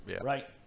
right